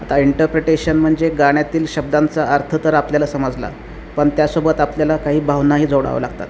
आता इंटरप्रिटेशन म्हणजे गाण्यातील शब्दांचा अर्थ तर आपल्याला समजला पण त्यासोबत आपल्याला काही भावनाही जोडावं लागतात